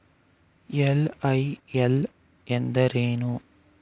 LIL ಎಂದರೇನು?